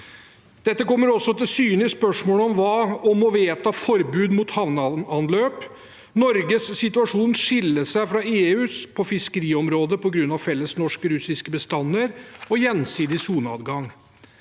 Dette kommer også til syne i spørsmålet om å vedta forbud mot havneanløp. Norges situasjon skiller seg fra EUs på fiskeriområdet på grunn av felles norsk-russiske bestander og gjensidig soneadgang.